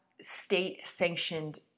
state-sanctioned